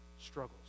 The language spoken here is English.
struggles